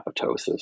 apoptosis